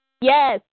Yes